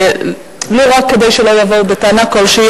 ולו רק כדי שלא יבואו בטענה כלשהי.